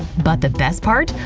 but the best part?